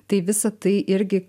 tai visa tai irgi